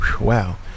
Wow